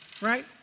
right